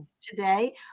today